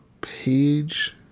page